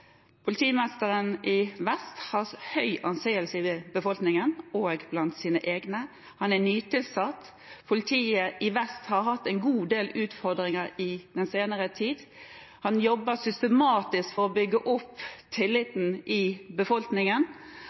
Politimesteren i Vest har høy anseelse i befolkningen og blant sine egne, og han er nytilsatt. Politiet i Vest politidistrikt har hatt en god del utfordringer i den senere tid. Han jobber systematisk for å bygge opp tilliten i befolkningen,